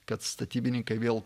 kad statybininkai vėl